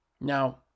Now